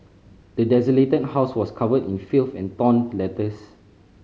the desolated house was covered in filth and torn letters